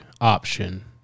option